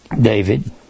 David